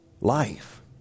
life